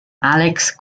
alex